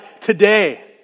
today